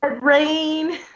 rain